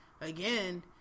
again